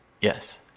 Yes